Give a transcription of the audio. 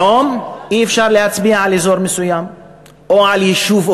היום אי-אפשר להצביע על אזור מסוים או על יישוב,